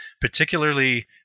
particularly